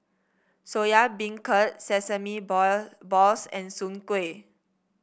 Soya Beancurd sesame ball balls and Soon Kuih